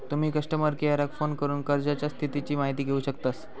तुम्ही कस्टमर केयराक फोन करून कर्जाच्या स्थितीची माहिती घेउ शकतास